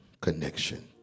connection